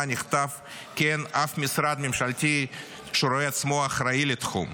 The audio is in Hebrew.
נכתב כי אין אף משרד ממשלתי שרואה עצמו אחראי לתחום.